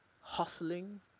hustling